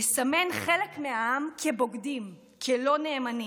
לסמן חלק מעם כבוגדים, כלא-נאמנים.